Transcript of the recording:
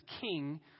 king